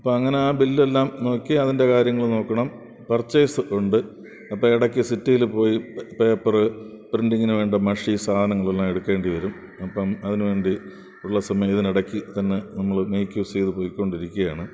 അപ്പോൾ അങ്ങനെ ആ ബില്ലെല്ലാം നോക്കി അതിൻ്റെ കാര്യങ്ങൾ നോക്കണം പർച്ചേസ് ഉണ്ട് അപ്പോൾ ഇടയ്ക്ക് സിറ്റിയിൽ പോയി പേപ്പറ് പ്രിൻ്റിങ്ങിന് വേണ്ട മഷി സാധനങ്ങളെല്ലാം എടുക്കേണ്ടിവരും അപ്പം അതിന് വേണ്ടി ഉള്ള സമയം ഇതിനിടയ്ക്ക് തന്നെ നമ്മൾ മേക്ക് യൂസ് ചെയ്തു കൊണ്ടിരിക്കുകയാണ്